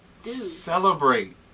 Celebrate